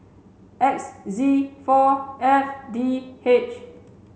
X Z four F D H